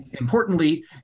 Importantly